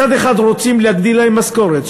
מצד אחד רוצים להגדיל להם את המשכורת,